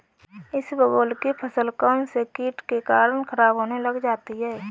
इसबगोल की फसल कौनसे कीट के कारण खराब होने लग जाती है?